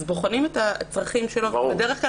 אז בוחנים את הצרכים שלו ובדרך כלל